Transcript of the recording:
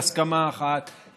בהסכמה אחת,